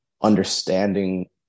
understanding